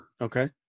Okay